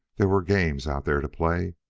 there were games out there to play.